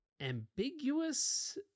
ambiguous